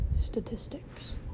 Statistics